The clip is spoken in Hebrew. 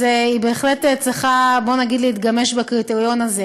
אז היא בהחלט צריכה להתגמש בקריטריון הזה.